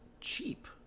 cheap